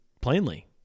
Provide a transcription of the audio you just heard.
plainly